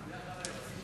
בלי ללחוץ את היד,